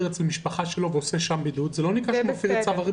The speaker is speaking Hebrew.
אצל המשפחה שלו ועושה שם בידוד זה לא נקרא שהוא הפר בידוד.